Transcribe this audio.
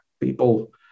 people